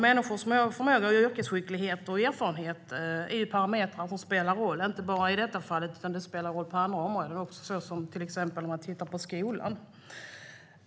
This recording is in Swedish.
Människors förmåga, yrkesskicklighet och erfarenhet är parametrar som spelar roll, inte bara i detta fall, utan det spelar roll även på andra områden, till exempel när man tittar på skolan.